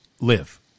live